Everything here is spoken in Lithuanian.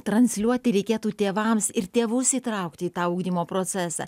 transliuoti reikėtų tėvams ir tėvus įtraukti į tą ugdymo procesą